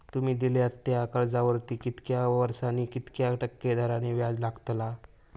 तुमि दिल्यात त्या कर्जावरती कितक्या वर्सानी कितक्या टक्के दराने व्याज लागतला?